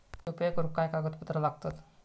UPI करुक काय कागदपत्रा लागतत?